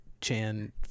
Chan